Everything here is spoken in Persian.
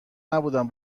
نبودم